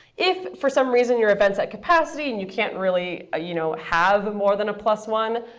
if, for some reason, your event's at capacity and you can't really you know have more than a plus one,